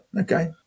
Okay